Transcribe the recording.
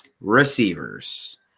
receivers